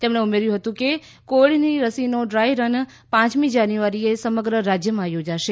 તેમણે ઉમેર્યું કે કોવિડની રસીનો ડ્રાય રન પાંચમી જાન્યુઆરીએ સમગ્ર રાજ્યમાં યોજાશે